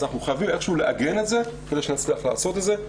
אנחנו חייבים איכשהו לעגן את זה כדי שנצליח לעשות את זה.